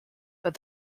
but